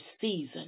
season